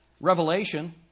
Revelation